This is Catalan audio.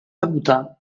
debutar